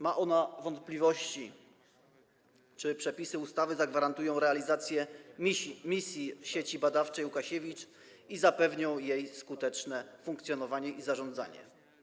Ma ona wątpliwości, czy przepisy ustawy zagwarantują realizację misji Sieci Badawczej Łukasiewicz i zapewnią jej skuteczne funkcjonowanie i zarządzanie.